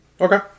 Okay